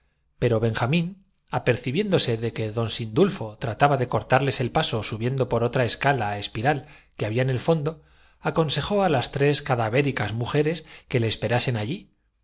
pero capítulo xvii benjamín apercibiéndose de que don sindulfo trata ba de cortarles el paso subiendo por otra escala espi panem et circenses ral que había en el fondo aconsejó á las tres cadavé ricas mujeres que le esperasen allí